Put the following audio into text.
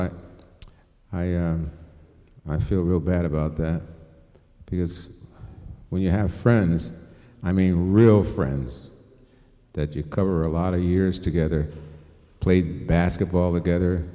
i i feel real bad about that because when you have friends i mean real friends that you cover a lot of years together played basketball together